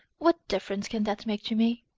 what difference can that make to me?